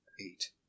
eight